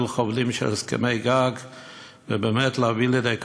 החובלים של הסכמי הגג ובאמת להביא לידי כך,